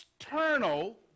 external